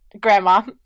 grandma